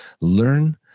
Learn